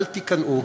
אל תיכנעו,